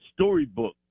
storybook